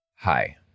Hi